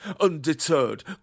Undeterred